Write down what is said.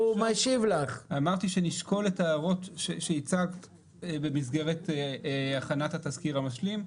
אמרתי שנשקול את ההערות שהצגת במסגרת הכנת התזכיר המשלים.